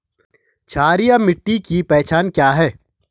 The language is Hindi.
क्षारीय मिट्टी की पहचान क्या है?